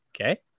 okay